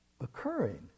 occurring